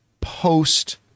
post-